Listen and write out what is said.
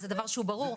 זה דבר שהוא ברור.